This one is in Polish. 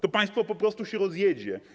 To państwo po prostu się rozjedzie.